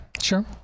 Sure